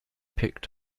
picked